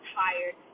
tired